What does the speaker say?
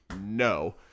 No